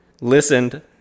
listened